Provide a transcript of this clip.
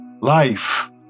Life